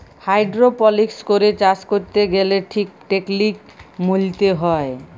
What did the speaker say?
hydroponics করে চাষ ক্যরতে গ্যালে ঠিক টেকলিক মলতে হ্যয়